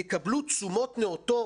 יקבלו תשומות נאותות,